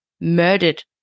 Murdered